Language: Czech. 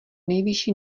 nejvyšší